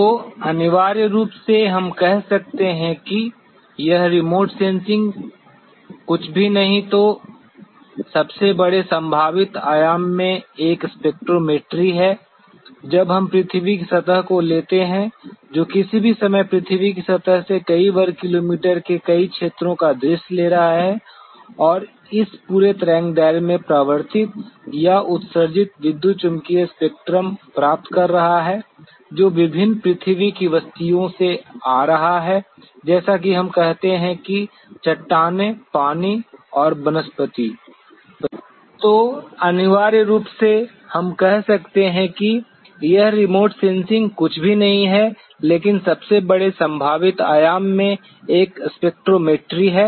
तो अनिवार्य रूप से हम कह सकते हैं कि यह रिमोट सेंसिंग कुछ भी नहीं तो सबसे बड़े संभावित आयाम में एक स्पेक्ट्रोमेट्री है